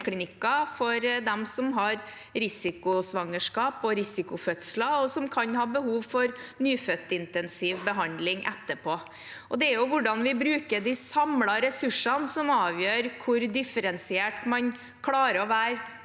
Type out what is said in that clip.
kvinneklinikker for dem som har risikosvangerskap og risikofødsler, og som kan ha behov for nyfødtintensiv behandling etterpå. Det er hvordan vi bruker de samlede ressursene, som avgjør hvor differensiert man klarer å være